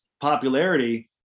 popularity